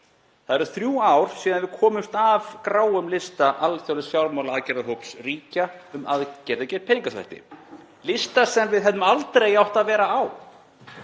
Það eru þrjú ár síðan við komumst af gráum lista alþjóðlegs fjármálaaðgerðahóps ríkja um aðgerðir gegn peningaþvætti, lista sem við hefðum aldrei átt að vera á.